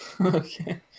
Okay